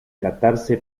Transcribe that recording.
tratarse